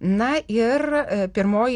na ir pirmoji